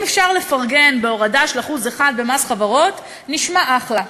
אם אפשר לפרגן בהורדה של 1% במס חברות, נשמע אחלה.